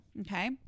Okay